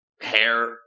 hair